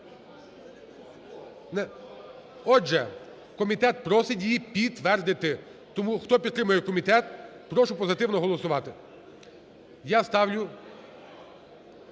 Отже, комітет просить її підтвердити. Тому, хто підтримує комітет, прошу позитивно голосувати. Я ставлю